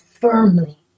firmly